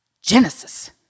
Genesis